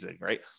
right